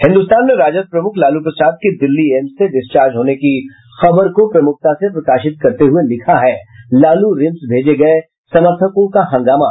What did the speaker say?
हिन्द्रस्तान ने राजद प्रमुख लालू प्रसाद के दिल्ली एम्स से डिस्चार्ज होने की खबर को प्रमुखता से प्रकाशित करते हुए लिखा है लालू रिम्स भेजे गये समर्थकों का हंगामा